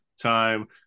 time